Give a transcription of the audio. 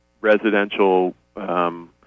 residential